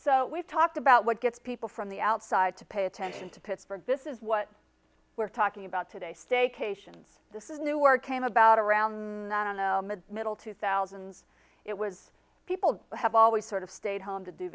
so we've talked about what gets people from the outside to pay attention to pittsburgh this is what we're talking about today staycation this is new or came about around the middle to thousands it was people have always sort of stayed home to do